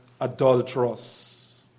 adulterous